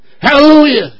Hallelujah